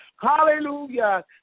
Hallelujah